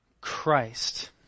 Christ